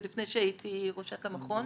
עוד לפני שהייתי ראשת המכון,